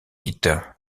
dites